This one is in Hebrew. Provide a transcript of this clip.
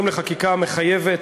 אבל ועדת השרים לחקיקה מחייבת,